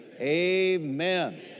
Amen